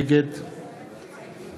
נגד